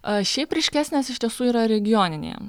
šiaip ryškesnės iš tiesų yra regioninėje